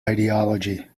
ideology